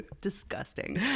Disgusting